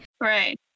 Right